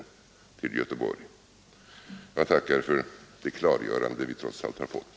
Jag tackar för det klargörande som vi trots allt har fått.